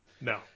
No